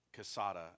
Casada